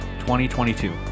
2022